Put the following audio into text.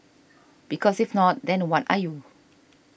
because if not then what are you